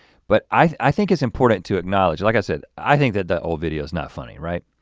but i think it's important to acknowledge like i said, i think that the old video is not funny, right?